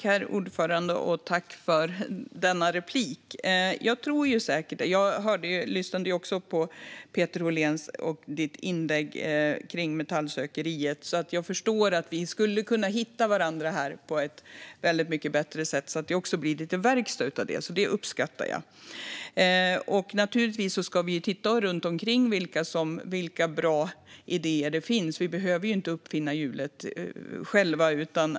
Herr talman! Jag tackar för denna replik. Jag lyssnade på Peter Olléns inlägg kring metallsökeriet, så jag förstår att vi skulle kunna hitta varandra här på ett mycket bättre sätt, så att det också blir lite verkstad av detta. Det uppskattar jag. Naturligtvis ska vi titta oss runt omkring och se vilka bra idéer som finns. Vi behöver ju inte uppfinna hjulet själva.